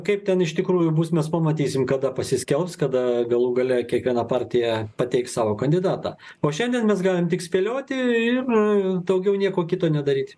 kaip ten iš tikrųjų bus mes pamatysim kada pasiskelbs kada galų gale kiekviena partija pateiks savo kandidatą o šiandien mes galim tik spėlioti ir daugiau nieko kito nedaryti